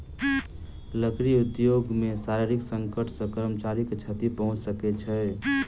लकड़ी उद्योग मे शारीरिक संकट सॅ कर्मचारी के क्षति पहुंच सकै छै